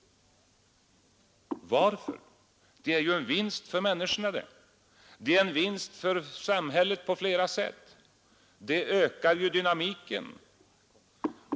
Det är ju en vinst för människorna, det är en vinst för samhället på flera sätt, det ökar ju dynamiken.